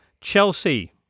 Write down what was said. Chelsea